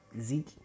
Zeke